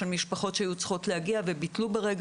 של משפחות שהיו צריכות להגיע וביטלו ברגע